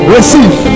Receive